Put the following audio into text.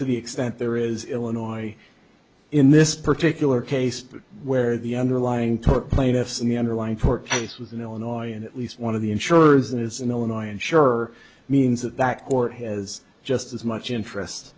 to the extent there is illinois in this particular case where the underlying took plaintiffs and the underlying purpose was in illinois and at least one of the ensures that is an illinois insurer means that that court has just as much interest